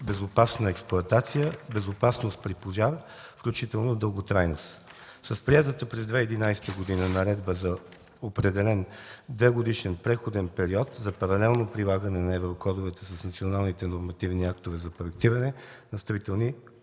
„Безопасна експлоатация“, „Безопасност при пожар“, включително и „Дълготрайност“. С приетата през 2011 г. наредба е определен двегодишен преходен период за паралелно прилагане на еврокодовете с националните нормативни актове за проектиране на строителни